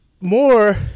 more